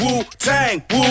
Wu-Tang